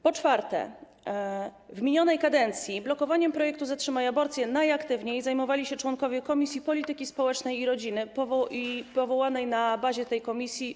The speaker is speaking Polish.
Po czwarte, w minionej kadencji blokowaniem projektu „Zatrzymaj aborcję” najaktywniej zajmowali się członkowie Komisji Polityki Społecznej i Rodziny i podkomisji powołanej na bazie tej komisji.